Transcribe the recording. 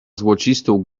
złocistą